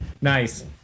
Nice